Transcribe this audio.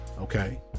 Okay